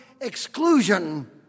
exclusion